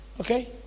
Okay